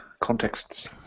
contexts